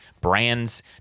brands